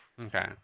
Okay